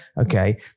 Okay